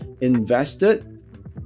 invested